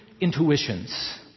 intuitions